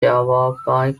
yavapai